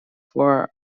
for